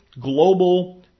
global